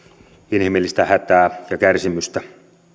inhimillistä hätää ja kärsimystä